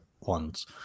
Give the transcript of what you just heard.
ones